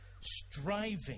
striving